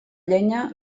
llenya